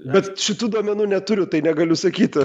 bet šitų duomenų neturiu tai negaliu sakyti